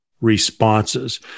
responses